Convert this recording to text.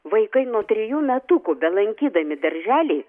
vaikai nuo trejų metukų belankydami darželį